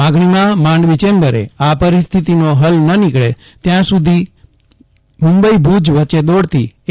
માગણીમાં માંડવી ચેમ્બરે આ પરિસ્થિતિનો ફલ ન નીકળે ત્યાં સુધી મુંબઇ ભુજ વચ્ચે દોડતી એ